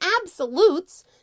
absolutes